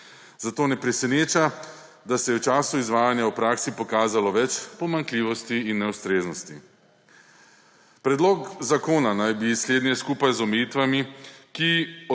Zato ne preseneča, da se je v času izvajanja v praksi pokazalo več pomanjkljivosti in neustreznosti. Predlog zakona naj bi slednje skupaj z omejitvami, ki